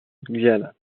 guyana